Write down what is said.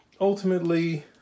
ultimately